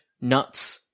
Nuts